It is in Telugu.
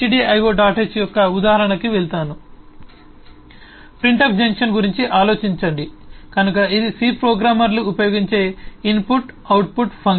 h యొక్క ఉదాహరణకి వెళ్తాను ప్రింట్ ఎఫ్ ఫంక్షన్ గురించి ఆలోచించండి కనుక ఇది సి ప్రోగ్రామర్లు ఉపయోగించే ఇన్పుట్ అవుట్పుట్ ఫంక్షన్